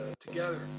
together